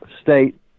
state